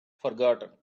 forgotten